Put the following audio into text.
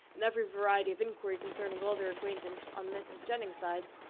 in every variety of inquiry concerning all their acquaintance on mrs. jennings's side,